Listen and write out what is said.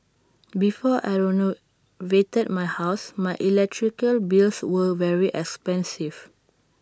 before I renovated my house my electrical bills were very expensive